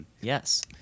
Yes